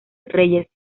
reyes